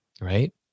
right